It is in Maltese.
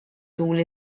tul